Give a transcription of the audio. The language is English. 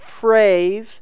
phrase